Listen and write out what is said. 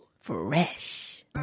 fresh